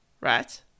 Right